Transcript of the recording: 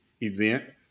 event